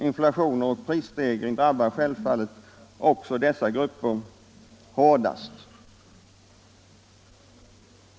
Inflation och pris stegring drabbar självfallet också dessa grupper hårdast.